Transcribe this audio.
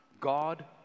God